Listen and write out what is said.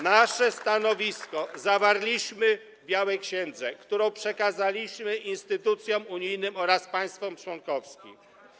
Nasze stanowisko zawarliśmy w białej księdze, którą przekazaliśmy instytucjom unijnym oraz państwom członkowskim.